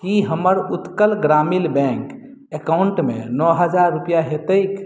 की हमर उत्कल ग्रामीण बैंक अकाउंटमे नओ हजार रूपैआ हेतैक